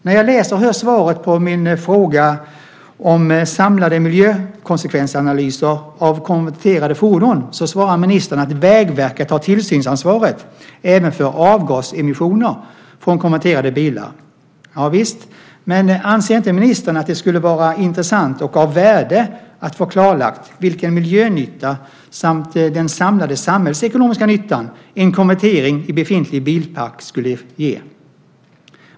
När jag läser och hör svaret på min fråga om samlade miljökonsekvensanalyser av konverterade fordon svarar ministern att Vägverket har tillsynsansvaret även för avgasemissioner från konverterade bilar. Javisst. Men anser inte ministern att det skulle vara intressant och av värde att få klarlagt vilken miljönytta samt samlad samhällsekonomisk nytta en konvertering i befintlig bilpark skulle ge?